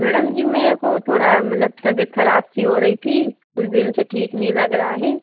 madam ji मेरे को थोड़ी मदलब तबियत क़राब सी हो रही थी कुछ दिन से ठीक नहीं लग रहा हे